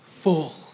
full